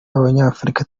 abanyafurika